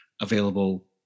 available